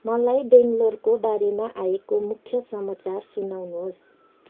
मलाई बेङ्गलोरको बारेमा आएको मुख्य समाचार सुनाउनुहोस्